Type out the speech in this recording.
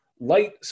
light